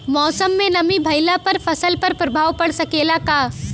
मौसम में नमी भइला पर फसल पर प्रभाव पड़ सकेला का?